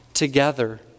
Together